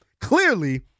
Clearly